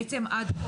בעצם עד כה,